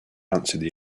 answered